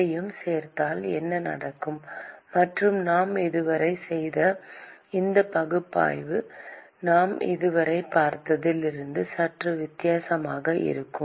அதையும் சேர்த்தால் என்ன நடக்கும் மற்றும் நாம் இதுவரை செய்த இந்த பகுப்பாய்வு நாம் இதுவரை பார்த்ததில் இருந்து சற்று வித்தியாசமாக இருக்கும்